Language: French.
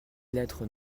lettres